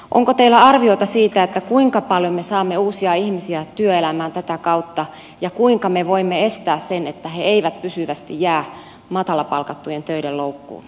onko teillä arviota siitä kuinka paljon me saamme uusia ihmisiä työelämään tätä kautta ja kuinka me voimme estää sen että he eivät pysyvästi jää matalapalkattujen töiden loukkuun